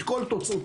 את כל תוצאותיו,